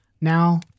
Now